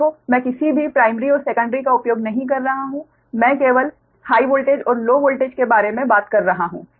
देखो मैं किसी भी प्राइमरी और सेकंडरी का उपयोग नहीं कर रहा हूं मैं केवल हाइ वोल्टेज और लो वोल्टेज के बारे में बात कर रहा हूं